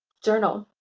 journal.